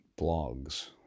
blogs